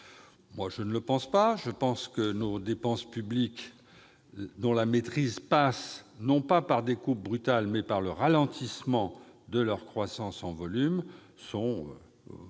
? Je ne le pense pas non plus. Selon moi, nos dépenses publiques, dont la maîtrise passe non par des coupes brutales, mais par le ralentissement de leur croissance en volume,